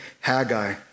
Haggai